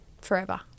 forever